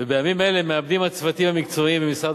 ובימים אלה מעבדים הצוותים המקצועיים במשרד